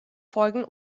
folgen